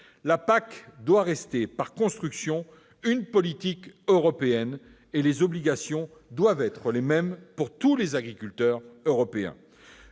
La PAC doit rester, par construction, une politique européenne, et les obligations doivent être les mêmes pour tous les agriculteurs européens.